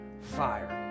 fire